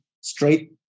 straight